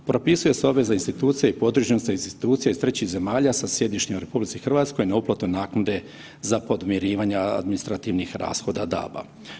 Propisuje se obveza institucija i podružnica institucija iz trećih zemalja sa sjedištem u RH na uplatu naknade za podmirivanje administrativnih rashoda DAB-a.